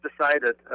decided